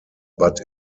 but